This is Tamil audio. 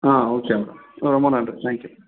ஆ ஓகே மேடம் ரொம்ப நன்றி தேங்க்யூ